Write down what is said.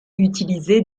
utilisée